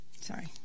Sorry